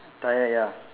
tyre ya